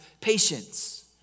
patience